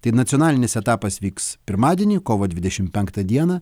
tai nacionalinis etapas vyks pirmadienį kovo dvidešim penktą dieną